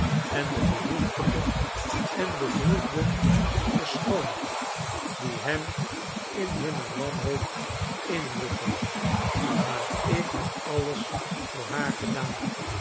en de behoeftigen en bedroefden verschoont die hem in hunne wanhoop inroepen maar ik heb alles voor haar gedaan